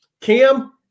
Cam